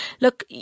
look